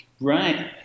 Right